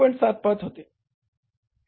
75 होते